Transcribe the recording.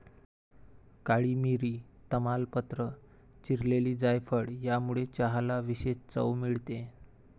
काळी मिरी, तमालपत्र, चिरलेली जायफळ यामुळे चहाला विशेष चव मिळते